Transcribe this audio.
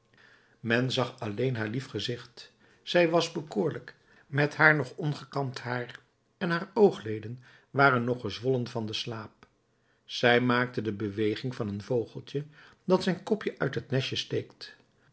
men zag alleen haar lief gezicht zij was bekoorlijk met haar nog ongekapt haar en haar oogleden waren nog gezwollen van den slaap zij maakte de beweging van een vogeltje dat zijn kopje uit het nestje steekt